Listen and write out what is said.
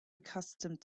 accustomed